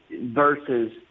versus